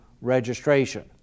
registration